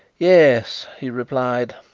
yes, he replied.